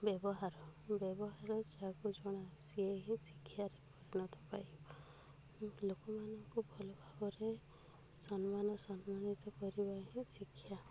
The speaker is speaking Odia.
ବ୍ୟବହାର ବ୍ୟବହାର ଯହାକୁ ଜଣା ସିଏ ହିଁ ଶିକ୍ଷାରେ ପରିଣତ ପାଇ ଲୋକମାନଙ୍କୁ ଭଲ ଭାବରେ ସମ୍ମାନ ସମ୍ମାନିତ କରିବା ହିଁ ଶିକ୍ଷା